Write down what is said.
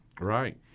Right